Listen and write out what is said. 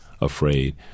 afraid